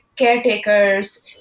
caretakers